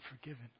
forgiven